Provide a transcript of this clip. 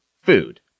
food